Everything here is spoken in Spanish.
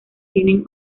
tienen